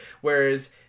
Whereas